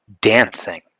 dancing